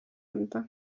anda